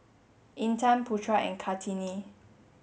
Intan Putra and Kartini